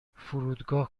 فرودگاه